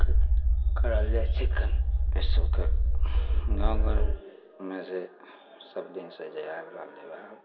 करल जाइ छै कनि गामघरमे जे सबदिनसे जे आबि रहलैए